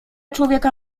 człowieka